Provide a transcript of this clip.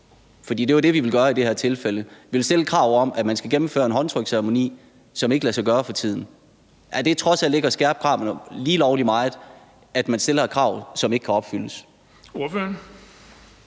for det er det, vi ville gøre i det her tilfælde? Vi ville stille et krav om, at man skulle gennemføre en håndtryksceremoni, som ikke lader sig gøre for tiden. Er det trods alt ikke at skærpe kravene lige lovlig meget, at man stiller et krav, som ikke kan opfyldes? Kl.